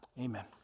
Amen